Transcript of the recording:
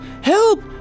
help